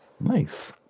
Nice